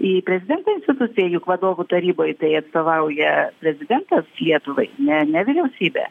į prezidento instituciją juk vadovų taryboj tai atstovauja prezidentas lietuvai ne ne vyriausybė